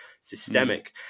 systemic